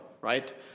right